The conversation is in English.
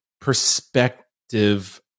perspective